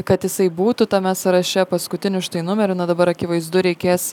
kad jisai būtų tame sąraše paskutiniu štai numeriu na dabar akivaizdu reikės